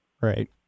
Right